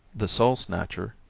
the soul snatcher,